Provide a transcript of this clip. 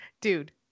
Dude